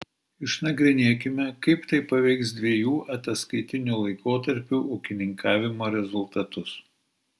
išnagrinėkime kaip tai paveiks dviejų ataskaitinių laikotarpių ūkininkavimo rezultatus